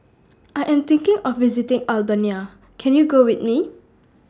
I Am thinking of visiting Albania Can YOU Go with Me